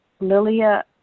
Lilia